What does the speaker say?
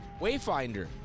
Wayfinder